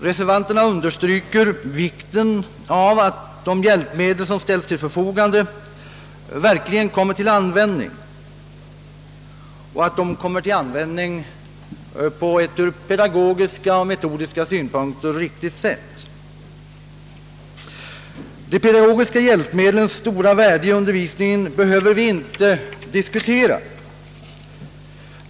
Reservanterna understryker vikten av att hjälpmedel som ställts till förfogande verkligen kommer till användning. De måste också användas på ett ur pedagogisk och metodisk synpunkt riktigt sätt. De pedagogiska hjälpmedlens stora värde i undervisningen behöver vi inte diskutera.